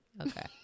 Okay